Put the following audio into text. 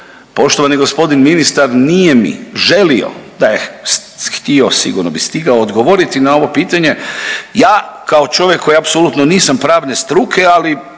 Poštovani g. ministar nije mi želio, da je htio sigurno bi stigao odgovoriti na ovo pitanje. Ja kao čovjek koji apsolutno nisam pravne struke, ali